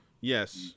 yes